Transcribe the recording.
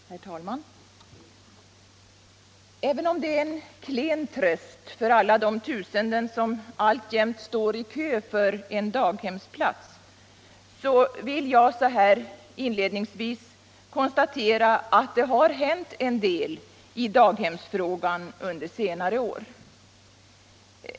Herr talman! Även om det är en klen tröst för alla de tusenden som alltjämt står i kö för en daghemsplats, så vill jag så här inledningsvis konstatera att det har hänt en del i daghemsfrågan under senare år.